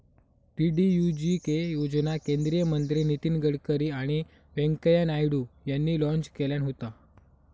DDUGK योजना केंद्रीय मंत्री नितीन गडकरी आणि व्यंकय्या नायडू यांनी लॉन्च केल्यान होता